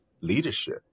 leadership